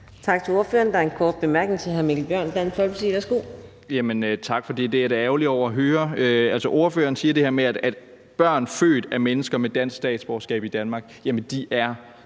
Tak til ordføreren. Der er en kort bemærkning til hr. Mikkel Bjørn, Dansk Folkeparti. Værsgo. Kl. 17:56 Mikkel Bjørn (DF): Tak for det. Det er jeg da ærgerlig over at høre. Altså, ordføreren siger det her med, at børn født af mennesker med dansk statsborgerskab i Danmark er danskere,